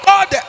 God